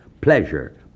pleasure